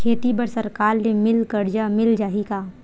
खेती बर सरकार ले मिल कर्जा मिल जाहि का?